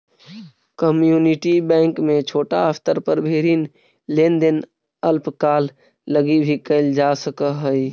community bank में छोटा स्तर पर भी ऋण लेन देन अल्पकाल लगी भी कैल जा सकऽ हइ